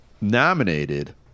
nominated